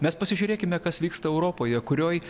mes pasižiūrėkime kas vyksta europoje kurioj